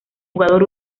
jugador